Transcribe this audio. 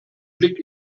blick